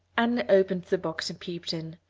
anne opened the box and peeped in.